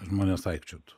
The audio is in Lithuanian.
žmonės aikčiotų